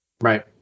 right